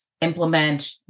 implement